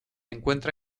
encuentra